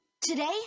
Today